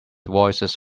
voices